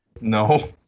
No